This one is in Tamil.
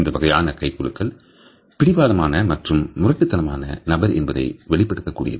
இந்தவகையான கைகுலுக்கல் பிடிவாதமான மற்றும் முரட்டுத்தனமான நபர் என்பதை வெளிப்படுத்தக் கூடியது